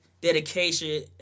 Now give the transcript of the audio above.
dedication